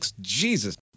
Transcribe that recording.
Jesus